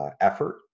effort